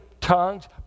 tongues